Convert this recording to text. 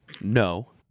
no